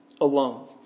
alone